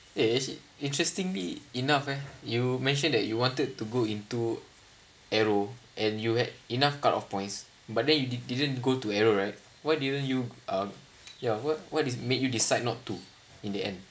eh actually interestingly enough eh you mentioned that you wanted to go into aero and you had enough cut off points but then you didn't didn't go to aero right why didn't you uh ya what what is makes you decide not to in the end